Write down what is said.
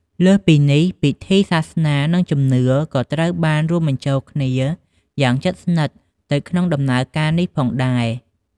លើសពីនេះ ពិធីសាសនា និងជំនឿក៏ត្រូវបានរួមបញ្ចូលគ្នាយ៉ាងជិតស្និទ្ធទៅក្នុងដំណើរការនេះផងដែរ។